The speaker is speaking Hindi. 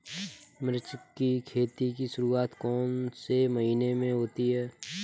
मिर्च की खेती की शुरूआत कौन से महीने में होती है?